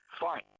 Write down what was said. Fine